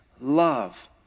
love